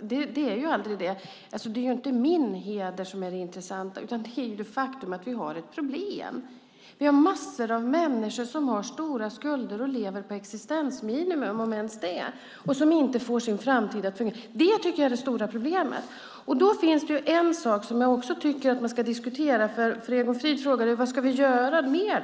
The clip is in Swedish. Det är aldrig det. Det är ju inte min heder som är det intressanta, utan det är det faktum att vi har ett problem. Vi har massor av människor som har stora skulder och som lever på existensminimum, om ens det, och som inte får sin framtid att fungera. Det tycker jag är det stora problemet. Då finns det en sak som jag också tycker att man ska diskutera. Egon Frid frågade: Vad ska vi göra mer?